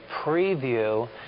preview